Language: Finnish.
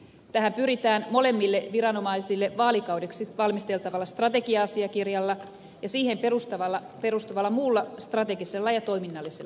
tähän pyritään molemmille viranomaisille vaalikaudeksi valmisteltavalla strategia asiakirjalla ja siihen perustuvalla muulla strategisella ja toiminnallisella ohjauksella